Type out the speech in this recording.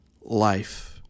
life